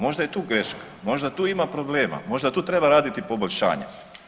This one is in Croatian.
Možda je tu greška, možda tu ima problema, možda tu treba raditi poboljšanja.